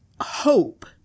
hope